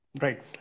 Right